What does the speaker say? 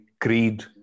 creed